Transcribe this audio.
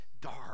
dark